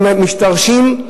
והם משתרשים,